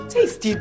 Tasty